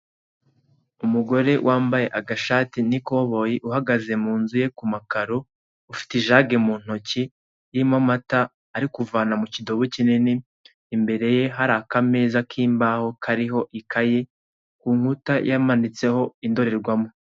Umugore wambaye agashati n'ikoboyi uhagaze mu nzu ye ku makaro, ufite ijage mu ntoki irimo amata ari kuvana mu kidobo kinini, imbere ye hari akameza k'imbaho kariho ikaye, ku nkuta yamanitseho indorerwamo.